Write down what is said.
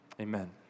Amen